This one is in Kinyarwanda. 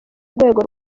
rwego